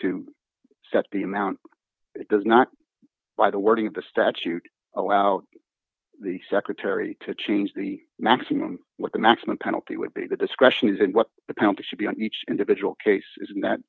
to set the amount it does not by the wording of the statute allow the secretary to change the maximum what the maximum penalty would be the discretion is and what the counter should be on each individual case and that